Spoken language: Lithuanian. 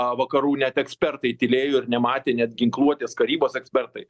vakarų net ekspertai tylėjo ir nematė net ginkluotės karybos ekspertai